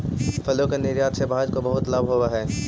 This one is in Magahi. फलों के निर्यात से भारत को बहुत लाभ होवअ हई